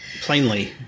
plainly